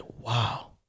Wow